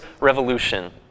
revolution